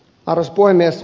arvoisa puhemies